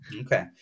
okay